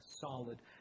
solid